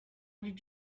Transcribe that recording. did